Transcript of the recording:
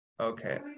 Okay